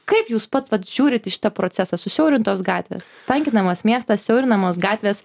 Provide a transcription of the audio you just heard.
kaip jūs pats žiūrit į šitą procesą susiaurintos gatvės tankinamas miestas siaurinamos gatvės